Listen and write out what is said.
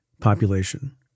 population